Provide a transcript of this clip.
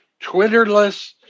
Twitterless